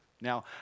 Now